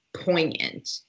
poignant